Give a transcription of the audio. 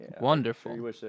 Wonderful